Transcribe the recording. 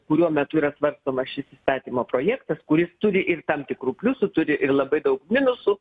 kurio metu yra svarstomas šis įtatymo projektas kuris turi ir tam tikrų pliusų turi ir labai daug minusų